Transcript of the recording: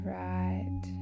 right